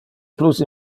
plus